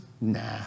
nah